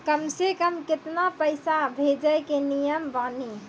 कम से कम केतना पैसा भेजै के नियम बानी?